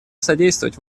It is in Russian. содействовать